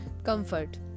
Comfort